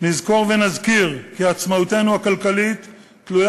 נזכור ונזכיר כי עצמאותנו הכלכלית תלויה